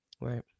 Right